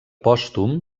pòstum